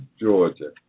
Georgia